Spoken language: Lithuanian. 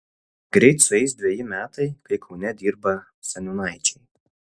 greit sueis dveji metai kai kaune dirba seniūnaičiai